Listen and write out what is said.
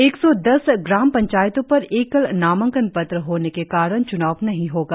एक सौ दस ग्राम पंचायतों पर एकल नामांकन पत्र होने के कारण च्नाव नहीं होगा